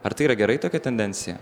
ar tai yra gerai tokia tendencija